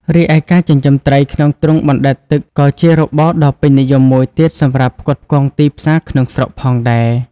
រីឯ ការចិញ្ចឹមត្រីក្នុងទ្រុងបណ្ដែតទឹកក៏ជារបរដ៏ពេញនិយមមួយទៀតសម្រាប់ផ្គត់ផ្គង់ទីផ្សារក្នុងស្រុកផងដែរ។